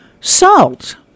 Salt